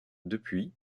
depuis